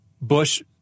Bush